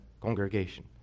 congregation